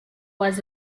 was